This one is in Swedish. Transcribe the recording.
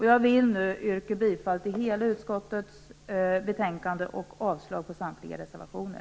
Jag yrkar härmed bifall till hemställan i utskottets betänkande i dess helhet samt avslag på samtliga reservationer.